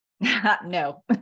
No